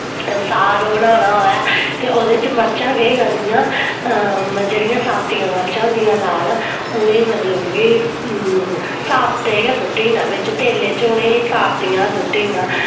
साग बनाना होऐ ते ओह्दे च मर्चां केह् करनियां जेह्ड़ियां सापतियां मर्चां होंदियां लाल उ'नें गी मतलब कि साप्ते गै सु'ट्टी ना बिच्च तेले च उ'नें गी सापतियां सुट्टी ना